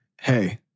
hey